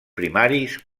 primaris